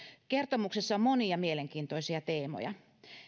kertomuksessa on monia mielenkiintoisia teemoja